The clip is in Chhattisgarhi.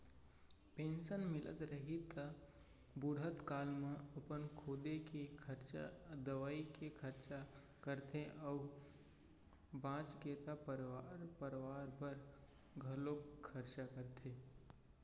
पेंसन मिलत रहिथे त बुड़हत काल म अपन खुदे के खरचा, दवई के खरचा करथे अउ बाचगे त परवार परवार बर घलोक खरचा करथे